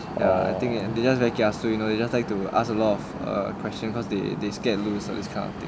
the thing is they just very kiasu you know they just like to ask a lot of err question cause they they scare lose err this kind of thing